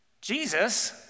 Jesus